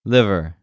Liver